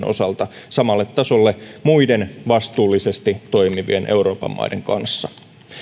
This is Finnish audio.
osalta samalle tasolle muiden vastuullisesti toimivien euroopan maiden kanssa